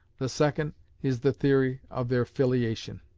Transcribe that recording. the second is the theory of their filiation.